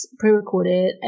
pre-recorded